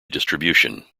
distribution